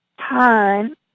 Time